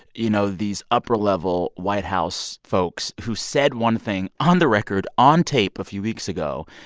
you know, these upper-level white house folks who said one thing on the record, on tape a few weeks ago,